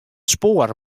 spoar